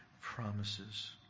promises